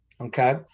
okay